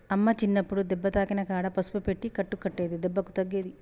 అమ్మ చిన్నప్పుడు దెబ్బ తాకిన కాడ పసుపు పెట్టి కట్టు కట్టేది దెబ్బకు తగ్గేది